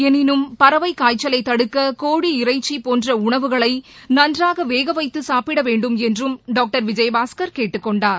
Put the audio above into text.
எனினும் பறவை காய்ச்சலை தடுக்க கோழி இறைச்சி போன்ற உணவுகளை நன்றாக வேகவைத்து சாப்பிட வேண்டும் என்று டாக்டர் விஜயபாஸ்கர் கேட்டுக்கொண்டார்